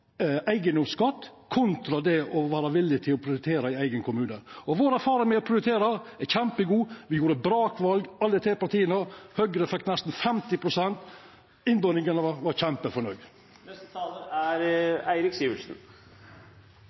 eigedomsskatt kontra det å vera villig til å prioritera i eigen kommune. Vår erfaring med å prioritera er kjempegod. Me gjorde brakval, alle tre partia. Høgre fekk nesten 50 pst. Innbyggjarane var kjempefornøgde. Denne debatten kunne kanskje vært akkompagnert av sangen til D.D.E., Det går likar no, for